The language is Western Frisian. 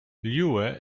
liuwe